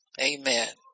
Amen